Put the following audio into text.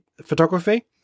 photography